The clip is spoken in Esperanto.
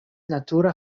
natura